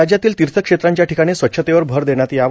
राज्यातील तीर्थक्षेत्रांच्या ठिकाणी स्वच्छतेवर भर देण्यात यावा